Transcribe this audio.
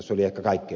minusta ed